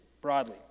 broadly